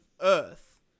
earth